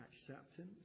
acceptance